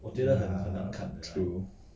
true